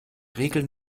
regel